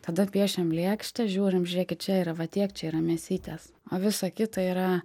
tada piešiam lėkštę žiūrim žiūrėkit čia yra va tiek čia yra mėsytės o visa kita yra